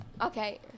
Okay